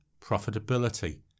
profitability